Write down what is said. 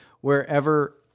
wherever